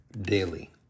Daily